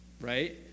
right